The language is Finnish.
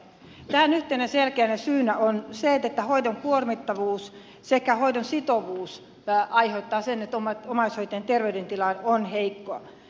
tähän yhtenä selkeänä syynä on se että hoidon kuormittavuus sekä hoidon sitovuus aiheuttavat sen että omaishoitajien terveydentila on heikko